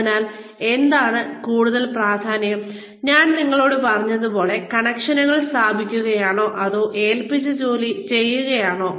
അതിനാൽ എന്താണ് കൂടുതൽ പ്രധാനം ഞാൻ നിങ്ങളോട് പറഞ്ഞതുപോലെ കണക്ഷനുകൾ സ്ഥാപിക്കുകയാണോ അതോ ഏൽപ്പിച്ച ജോലി ചെയ്യലാണോ